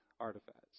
artifacts